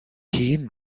hun